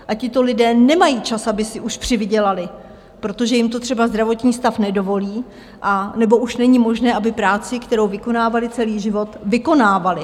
A tito lidé nemají čas, aby si už přivydělali, protože jim to třeba zdravotní stav nedovolí, anebo už není možné, aby práci, kterou vykonávali celý život, vykonávali.